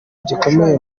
gikomeye